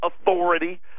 Authority